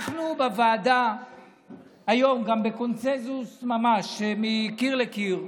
אנחנו בוועדה היום, גם בקונסנזוס ממש מקיר לקיר,